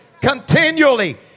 continually